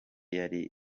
yari